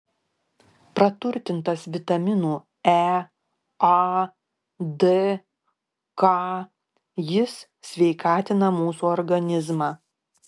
praturtintas vitaminų e a d k jis sveikatina mūsų organizmą